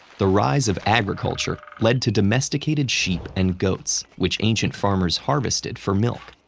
the rise of agriculture led to domesticated sheep and goats, which ancient farmers harvested for milk.